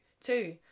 Two